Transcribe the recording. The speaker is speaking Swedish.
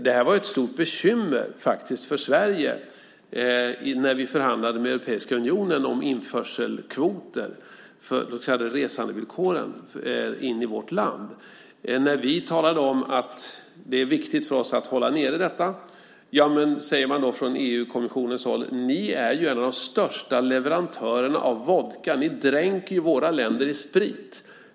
Det var ett stort bekymmer för Sverige när vi förhandlade med Europeiska unionen om införselkvoter, de så kallade resandevillkoren, till vårt land. När vi sade att det är viktigt för oss att hålla nere detta sade man från EU-kommissionens håll: Men ni är ju en av de största leverantörerna av vodka. Ni dränker våra länder i sprit.